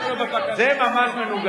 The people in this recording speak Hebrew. סוף-סוף מישהו שמבין, תלמד, לא, זה ממש מנוגד.